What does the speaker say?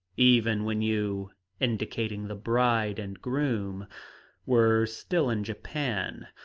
even when you indicating the bride and groom were still in japan.